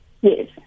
Yes